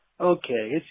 Okay